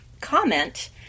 comment